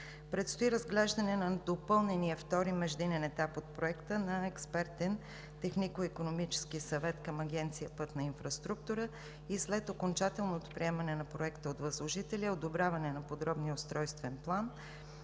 Предстои разглеждане на допълнения втори междинен етап от проекта на експертен технико-икономически съвет към Агенция „Пътна инфраструктура“ и след окончателното приемане на проекта от възложителя и одобряване на подробния устройствен план